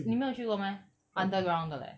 你没有去过 meh underground 的 leh